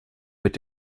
mit